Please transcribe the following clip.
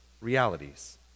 realities